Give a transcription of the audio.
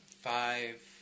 five